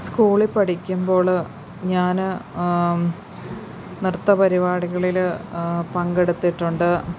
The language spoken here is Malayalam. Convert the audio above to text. സ്കൂളിൽ പഠിക്കുമ്പോൾ ഞാൻ നൃത്തപരിപാടികളിൽ പങ്കെടുത്തിട്ടുണ്ട്